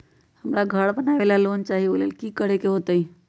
हमरा घर बनाबे ला लोन चाहि ओ लेल की की करे के होतई?